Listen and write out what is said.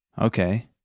Okay